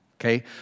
Okay